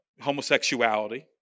homosexuality